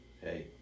Hey